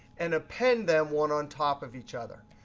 and append them one on top of each other.